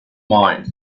mind